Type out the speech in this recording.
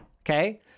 Okay